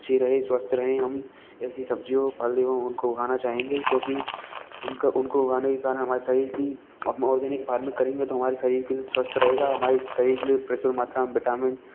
अच्छी रहे स्वस्थ रहें हम ऐसी सब्ज़ियों फल एवं उनको उगाना चाहेंगे क्योंकि उनका उनका उगाने के कारण हमारे शरीर की ऑर्गेनिक फार्मिंग करेंगे तो हमारे शरीर की स्वस्थ रहेगा हमारे शरीर के प्रचूर मात्रा में विटामिन